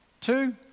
Two